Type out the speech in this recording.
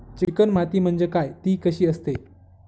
Chicken माती म्हणजे काय? ति कशी असते?